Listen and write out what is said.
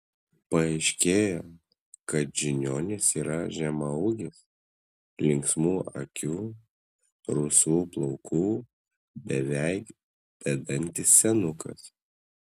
paaiškėjo kad žiniuonis yra žemaūgis linksmų akių rusvų plaukų beveik bedantis senukas